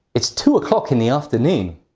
it's two o'clock in the afternoon!